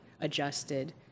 adjusted